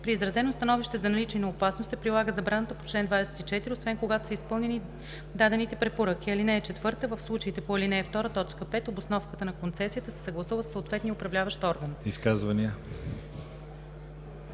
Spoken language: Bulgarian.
При изразено становище за наличие на опасност се прилага забраната по чл. 24, освен когато са изпълнени дадените препоръки. (4) В случаите по ал. 2, т. 5 обосновката на концесията се съгласува със съответния управляващ орган.“